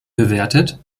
bewertet